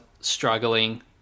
struggling